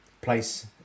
place